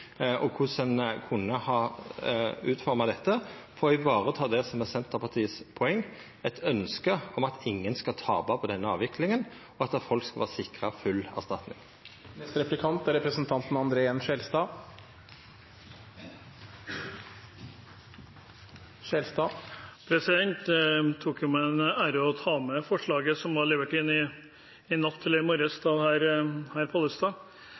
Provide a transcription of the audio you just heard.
og korleis ein kunne ha utforma dette for å vareta det som er Senterpartiets poeng, eit ønske om at ingen skal tapa på denne avviklinga, og at folk skal vera sikra full erstatning. Jeg tok med forslaget som ble levert inn i natt eller i morges av representanten Pollestad. Jeg legger merke til